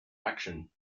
action